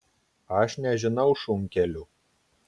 aš nežinau šunkelių